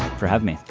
for having me.